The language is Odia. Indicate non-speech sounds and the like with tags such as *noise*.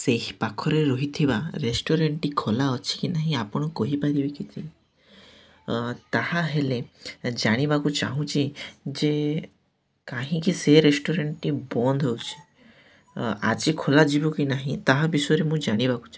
ସେହି ପାଖରେ ରହିଥିବା ରେଷ୍ଟୁରାଣ୍ଟଟି ଖୋଲା ଅଛି କି ନାହିଁ ଆପଣ କହିପାରିବେ କି *unintelligible* ତାହା ହେଲେ ଜାଣିବାକୁ ଚାହୁଁଛି ଯେ କାହିଁକି ସେ ରେଷ୍ଟୁରାଣ୍ଟଟି ବନ୍ଦ ହେଉଛିି ଆଜି ଖୋଲା ଯିବ କି ନାହିଁ ତାହା ବିଷୟରେ ମୁଁ ଜାଣିବାକୁ ଚାହୁଁଛି